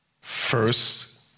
first